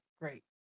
Great